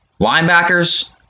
linebackers